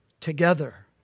together